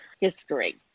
history